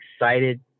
excited